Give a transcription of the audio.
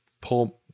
pull